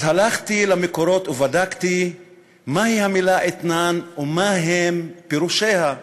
אז הלכתי למקורות ובדקתי מה היא המילה אתנן ומה הם פירושיה.